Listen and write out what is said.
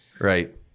Right